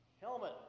Helmet